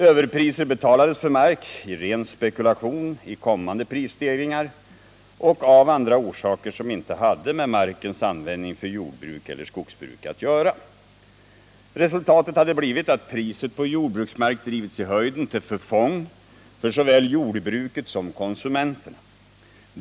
Överpriser betalades för mark i ren spekulation i kommande prisstegringar och av andra orsaker, som inte hade med markens användning för jordbruk eller skogsbruk att göra. Resultatet hade blivit att priset på jordbruksmark drivits i höjden till förfång för såväl jordbruket som konsumenterna.